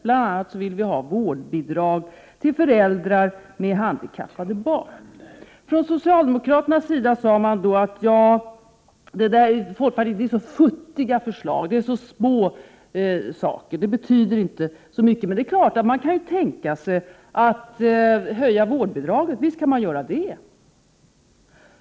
Bl.a. vill vi ha vårdbidrag till föräldrar med handikappade barn. Socialdemokraterna sade då att folkpartiet kommer med så futtiga förslag, det är så små saker, det betyder inte så mycket, men det är klart att man kan tänka sig att höja vårdbidragen. Visst kan man göra det!